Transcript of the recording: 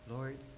Lord